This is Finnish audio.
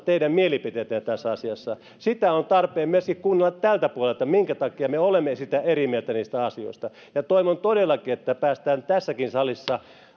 teidän mielipiteitänne tässä asiassa sitä on tarpeen kuunnella myöskin tältä puolelta että minkä takia me olemme eri mieltä niistä asioista ja toivon todellakin että päästään tässäkin salissa